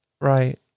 Right